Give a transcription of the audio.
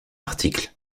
article